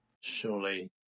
Surely